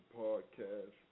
podcast